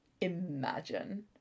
imagine